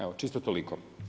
Evo čisto toliko.